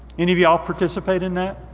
any of y'all participate in that?